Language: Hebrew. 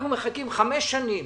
אנחנו מחכים חמש שנים